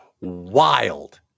wild